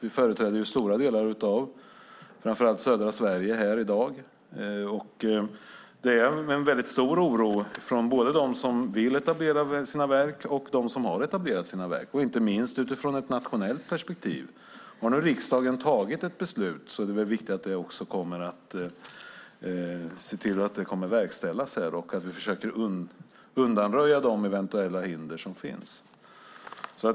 Vi företräder stora delar av framför allt södra Sverige här i dag, och det är en väldigt stor oro både från dem som vill etablera sina verk och dem som har etablerat sina verk - inte minst utifrån ett nationellt perspektiv. Har nu riksdagen tagit ett beslut är det viktigt att vi ser till att det verkställs och försöker undanröja de eventuella hinder som finns.